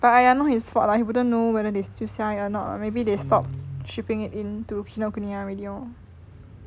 but !aiya! not his fault lah he wouldn't know whether they still sell it or not or maybe they stopped shipping it into Kinokuniya already lor